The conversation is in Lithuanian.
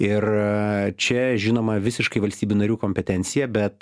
ir a čia žinoma visiškai valstybių narių kompetencija bet